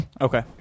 okay